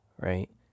Right